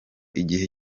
igihe